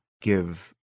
give